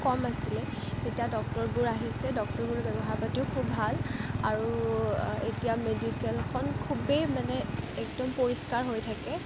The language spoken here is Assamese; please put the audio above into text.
কম আছিলে এতিয়া ডক্তৰবোৰ আহিছে ডক্তৰবোৰৰ ব্যৱহাৰ পাতিও খুব ভাল আৰু এতিয়া মেডিকেলখন খুবেই মানে একদম পৰিষ্কাৰ হৈ থাকে